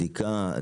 בדיקה,